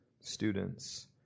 students